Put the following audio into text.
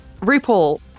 RuPaul